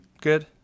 good